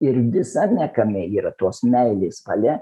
ir visame kame yra tos meilės valia